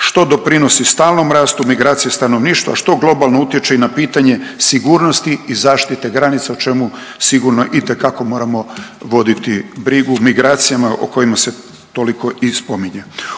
što doprinosi stalnom rastu migracije stanovništva, što globalno utječe i na pitanje sigurnosti i zaštite granica, o čemu sigurno itekako moramo voditi brigu, migracijama o kojima se toliko i spominje.